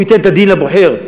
והוא ייתן את הדין אצל הבוחר,